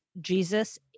Jesus